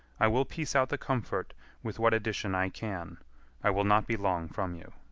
i will piece out the comfort with what addition i can i will not be long from you.